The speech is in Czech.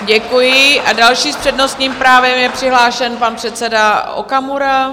Děkuji a další s přednostním právem je přihlášen pan předseda Okamura.